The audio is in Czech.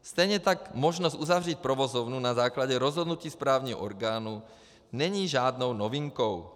Stejně tak možnost uzavřít provozovnu na základě rozhodnutí správního orgánu není žádnou novinkou.